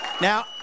now